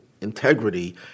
integrity